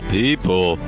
people